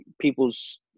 people's